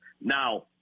now